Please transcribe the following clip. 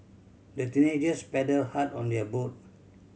the teenagers paddled hard on their boat